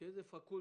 אבל כשאיזו פקולטה